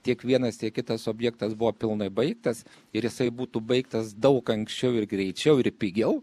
tiek vienas tiek kitas objektas buvo pilnai baigtas ir jisai būtų baigtas daug anksčiau ir greičiau ir pigiau